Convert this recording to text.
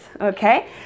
okay